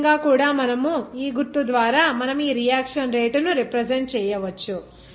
ఈ విధంగా కూడా ఈ గుర్తు ద్వారా మనము ఈ రియాక్షన్ రేటును రిప్రజెంట్ చేయవచ్చు